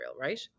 right